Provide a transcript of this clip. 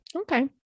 Okay